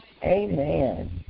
Amen